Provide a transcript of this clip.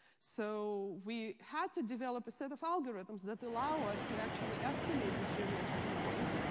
so we had to develop a set of algorithms that allow us to actually estimate this geometric noise,